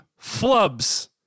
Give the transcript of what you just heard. flubs